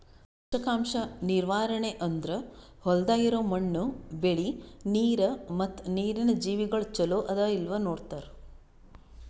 ಪೋಷಕಾಂಶ ನಿರ್ವಹಣೆ ಅಂದುರ್ ಹೊಲ್ದಾಗ್ ಇರೋ ಮಣ್ಣು, ಬೆಳಿ, ನೀರ ಮತ್ತ ನೀರಿನ ಜೀವಿಗೊಳ್ ಚಲೋ ಅದಾ ಇಲ್ಲಾ ನೋಡತಾರ್